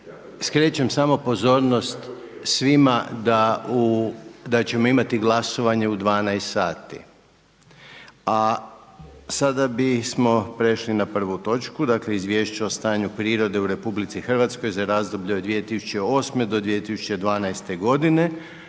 Skrećem samo pozornost svima da ćemo imati glasovanje u 12 sati. A sada bismo prešli na 1. točku: - Izvješće o stanju prirode u Republici Hrvatskoj za razdoblje od 2008. do 2012. godine;